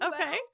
okay